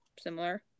similar